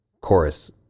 chorus